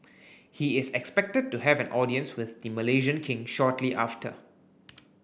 he is expected to have an audience with the Malaysian King shortly after